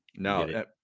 No